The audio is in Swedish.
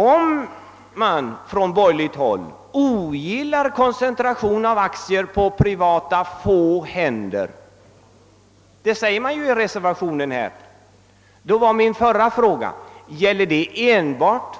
Om man på borgerligt håll ogillar en koncentration av aktier på få privata händer — det säger man i reservationen — frågar jag än en gång, om detta enbart